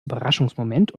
überraschungsmoment